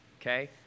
okay